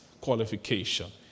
qualification